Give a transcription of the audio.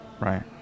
right